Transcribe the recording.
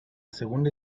segunda